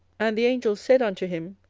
and the angel said unto him,